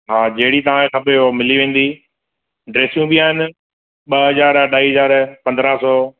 हा जहिड़ी तव्हां खे खपेव मिली वेंदी ड्रेसूं बि आहिनि ॿ हज़ार अढाई हज़ार पंदरहं सौ